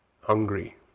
hungry